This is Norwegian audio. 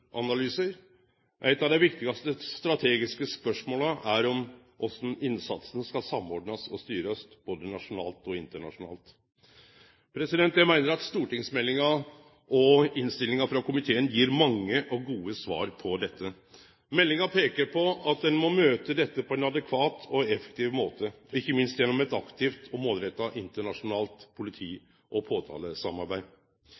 Eit av dei viktigaste strategiske spørsmåla er korleis innsatsen skal samordnast og styrast, både nasjonalt og internasjonalt. Eg meiner at stortingsmeldinga, og innstillinga frå komiteen, gir mange og gode svar på dette. Meldinga peiker på at ein må møte dette på ein adekvat og effektiv måte, ikkje minst gjennom eit aktivt og målretta internasjonalt